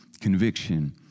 conviction